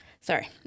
Sorry